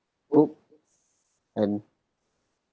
book and